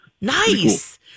Nice